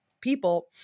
people